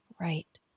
Right